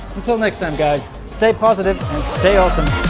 until next time guys stay positive stay awesome